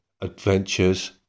adventures